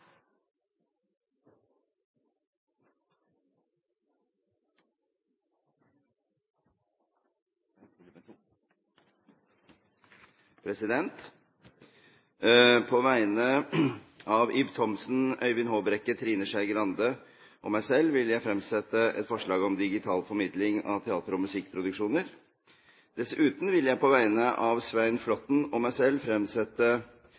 vil framsette to representantforslag. På vegne av representantene Ib Thomsen, Øyvind Håbrekke, Trine Skei Grande og meg selv vil jeg fremsette et forslag om digital formidling fra teater- og musikkinstitusjoner. Dessuten vil jeg på vegne av representanten Svein Flåtten og meg selv fremsette